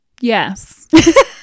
yes